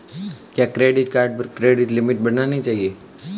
क्या credit card पर credit limit बढ़ानी चाहिए?